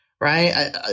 Right